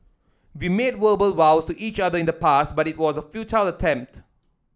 we made verbal vows to each other in the past but it was a futile attempt